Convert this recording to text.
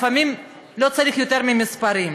לפעמים לא צריך יותר ממספרים.